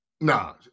Nah